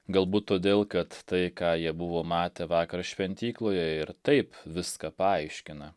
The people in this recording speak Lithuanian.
galbūt todėl kad tai ką jie buvo matę vakar šventykloje ir taip viską paaiškina